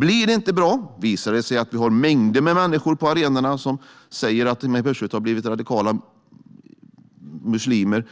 Om det inte blir bra, och om det visar sig att det finns mängder med människor på arenorna som säger att de plötsligt har blivit radikala muslimer,